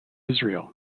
israel